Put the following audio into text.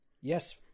Yes